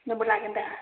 नोंबो लागोन दा